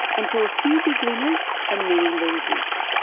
and to a few big winners and many losers.